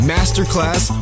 Masterclass